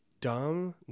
dumb